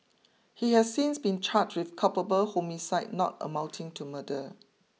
he has since been charged with culpable homicide not amounting to murder